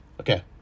Okay